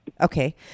Okay